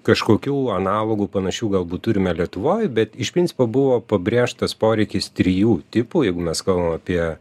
kažkokių analogų panašių galbūt turime lietuvoj bet iš principo buvo pabrėžtas poreikis trijų tipų jeigu mes kalbam apie